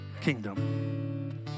kingdom